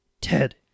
Ted